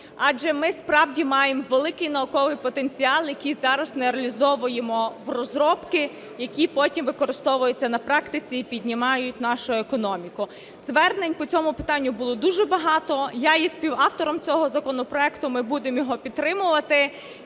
адже ми справді маємо великий науковий потенціал, який зараз не реалізовуємо в розробки, які потім використовуються на практиці і піднімають нашу економіку. Звернень по цьому питанню було дуже багато. Я є співавтором цього законопроекту. Ми будемо його підтримувати